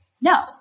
No